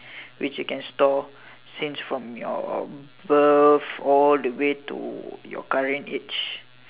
which it can store since from your birth all the way to your current age